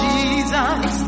Jesus